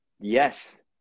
yes